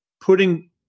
putting